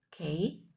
Okay